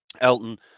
Elton